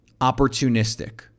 opportunistic